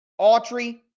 Autry